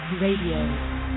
Radio